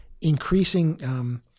increasing